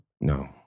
no